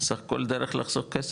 סך הכל דרך לעשות כסף.